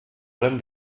allem